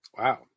Wow